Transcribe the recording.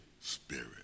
Spirit